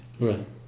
Right